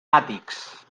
àtics